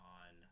on